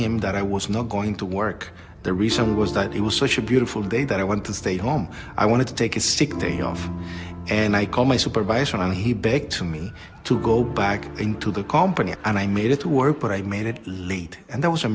him that i was not going to work the reason was that it was such a beautiful day that i went to stay home i wanted to take a sick day off and i called my supervisor and he begged to me to go back into the company and i made it work but i made it late and there was a